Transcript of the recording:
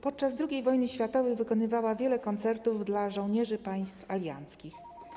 Podczas II wojny światowej wykonywała wiele koncertów dla żołnierzy państw alianckich.